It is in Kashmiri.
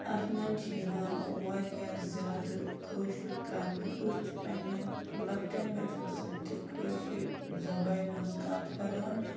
اَتھ منٛز چھِ یِوان واریاہ زیادٕ کٲشُر کَرنہٕ أسۍ چھِ پنٛنٮ۪ن لَکٹٮ۪ن بَچَن سۭتۍ تہِ کٲشِر زَبانہِ منٛز کَتھ کَران